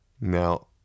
Now